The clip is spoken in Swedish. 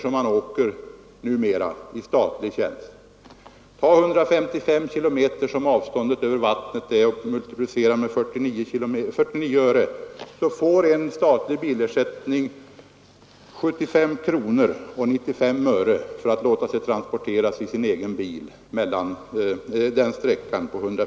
Om man tar 155 km, som avståndet är över vattnet, och multiplicerar med 49 öre, blir det 75 kronor i statlig bilersättning för en som låter sig transporteras i egen bil den sträckan.